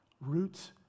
roots